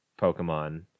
Pokemon